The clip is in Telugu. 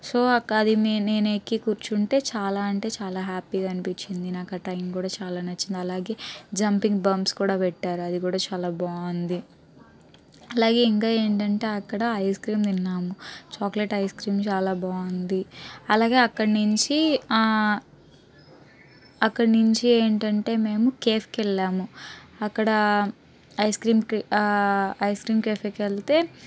సో అక్క అది నేను ఎక్కి కూర్చుంటే చాలా అంటే చాలా హ్యాపీగా అనిపించింది నాకు ఆ ట్రైన్ కూడా చాలా నచ్చింది అలాగే జంపింగ్ బమ్స్ కూడా పెట్టారు అది కూడా చాలా బాగుంది అలాగే ఇంకా ఏంటంటే అక్కడ ఐస్ క్రీమ్ తిన్నాం చాక్లెట్ ఐస్ క్రీమ్ చాలా బాగుంది అలాగే అక్కడి నుంచి అక్కడి నుంచి ఏంటంటే మేము కేఫ్కి వెళ్ళాము అక్కడ ice cream ice cream cafe కి వెళ్తే